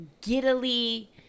giddily